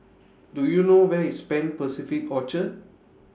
Do YOU know Where IS Pan Pacific Orchard